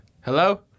Hello